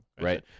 Right